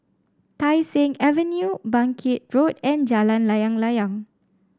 Tai Seng Avenue Bangkit Road and Jalan Layang Layang